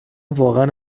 واقعا